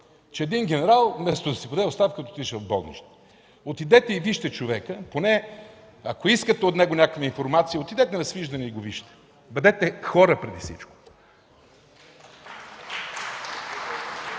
че един генерал, вместо да си подаде оставката, отишъл в болнични. Отидете и вижте човека. Ако искате от него някаква информация, отидете на свиждане и го вижте. Бъдете хора преди всичко!